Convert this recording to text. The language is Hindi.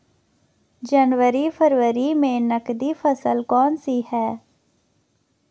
जनवरी फरवरी में नकदी फसल कौनसी है?